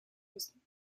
müssen